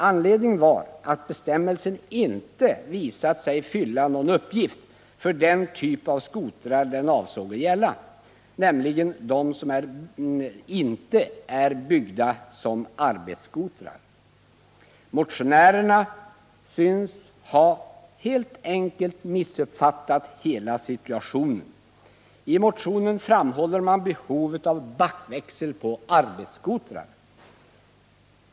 Anledningen var att bestämmelsen inte visat sig fylla någon uppgift för den typ av skotrar som den avsåg gälla, nämligen de som inte är byggda som arbetsskotrar. Motionärerna synes helt enkelt ha missuppfattat hela situationen. I motionen framhåller man behovet av backväxel på arbetsskotrar.